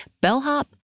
bellhop